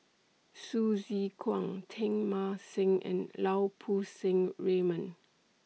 Hsu Tse Kwang Teng Mah Seng and Lau Poo Seng Raymond